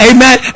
Amen